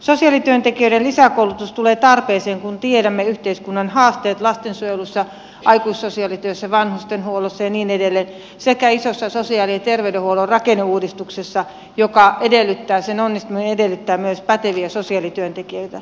sosiaalityöntekijöiden lisäkoulutus tulee tarpeeseen kun tiedämme yhteiskunnan haasteet lastensuojelussa aikuissosiaalityössä vanhustenhuollossa ja niin edelleen sekä isossa sosiaali ja terveydenhuollon rakenneuudistuksessa jonka onnistuminen edellyttää myös päteviä sosiaalityöntekijöitä